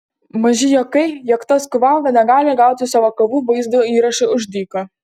maži juokai jog tas kuvalda negali gauti savo kovų vaizdo įrašų už dyką